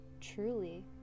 truly